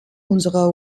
unserer